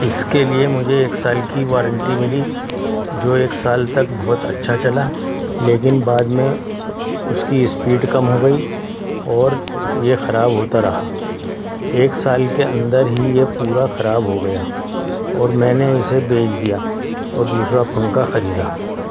اس کے لئے مجھے ایک سال کی وارنٹی ملی جو ایک سال تک بہت اچھا چلا لیکن بعد میں اس کی اسپیڈ کم ہو گئی اور یہ خراب ہوتا رہا ایک سال کے اندر ہی یہ پورا خراب ہو گیا اور میں نے اسے بیچ دیا اور دوسرا پنکھا خریدا